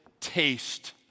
taste